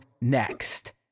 next